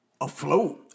afloat